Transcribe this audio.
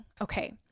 okay